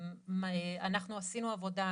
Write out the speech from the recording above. אנחנו עשינו עבודה,